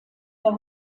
der